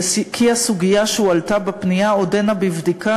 וכי הסוגיה שהועלתה בפנייה עודנה בבדיקה,